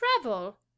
Travel